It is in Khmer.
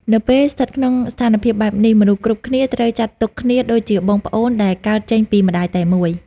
នៅពេលស្ថិតក្នុងស្ថានភាពបែបនេះ មនុស្សគ្រប់គ្នាត្រូវចាត់ទុកគ្នាដូចជាបងប្អូនដែលកើតចេញពី «ម្ដាយតែមួយ»។